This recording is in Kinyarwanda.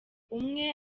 umwe